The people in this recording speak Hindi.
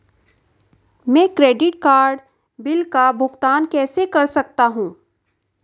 मैं क्रेडिट कार्ड बिल का भुगतान कैसे कर सकता हूं?